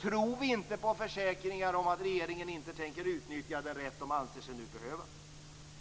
tror vi inte på försäkringar om att regeringen inte tänker utnyttja den rätt den nu anser sig behöva.